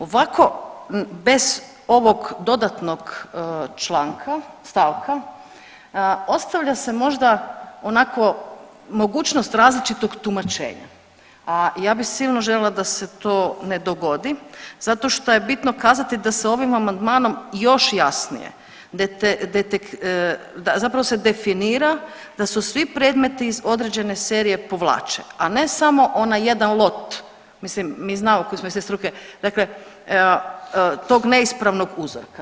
Ovako bez ovog dodatnog članka, stavka, ostavlja se možda onako mogućnost različitog tumačenja, a ja bi silno željela da se to ne dogodi zato šta je bitno kazati da se ovim amandmanom još jasnije, zapravo se definira da se svi predmeti iz određene serije povlače, a ne samo onaj jedan lot, mislim mi znamo koji smo iz te struke, dakle tog neispravnog uzorka.